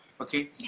Okay